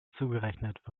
zugerechnet